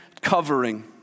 covering